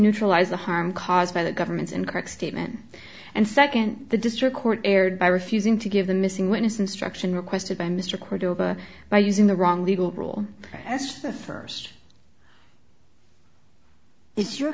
neutralize the harm caused by the government's incorrect statement and second the district court erred by refusing to give the missing witness instruction requested by mr cordova by using the wrong legal rule as the first it's your